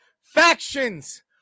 factions